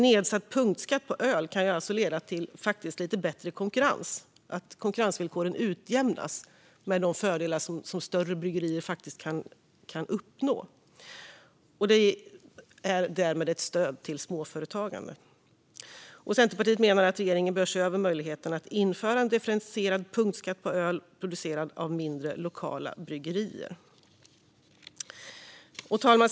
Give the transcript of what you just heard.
Nedsatt punktskatt på öl kan alltså leda till lite bättre konkurrens och till att konkurrensvillkoren utjämnas så att alla kan få de fördelar som större bryggerier kan uppnå. Det är därmed ett stöd till småföretagande. Centerpartiet menar att regeringen bör se över möjligheten att införa en differentierad punktskatt på öl producerad av mindre lokala bryggerier. Fru talman!